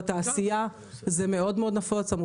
זה מאוד נפוץ בתעשייה,